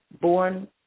born